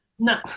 No